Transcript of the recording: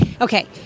okay